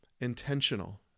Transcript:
intentional